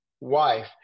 wife